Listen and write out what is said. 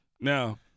Now